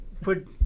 put